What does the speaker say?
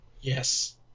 Yes